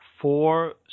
four